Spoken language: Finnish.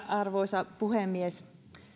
arvoisa puhemies